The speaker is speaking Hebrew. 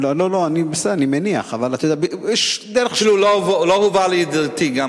אני מניח, אפילו לא הובא לידיעתי.